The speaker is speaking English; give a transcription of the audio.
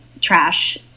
trash